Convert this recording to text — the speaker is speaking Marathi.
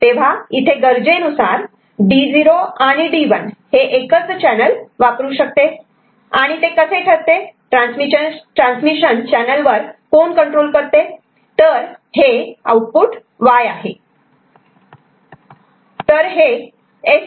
तेव्हा इथे गरजे नुसार D0 आणि D1 हे एकच चैनल वापरू शकतात आणि ते कसे ठरते ट्रान्समिशन चैनल वर कोण कंट्रोल करते तर हे आउटपुट Y आहे